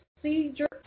procedure